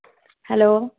hello